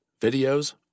videos